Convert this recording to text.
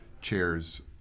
chairs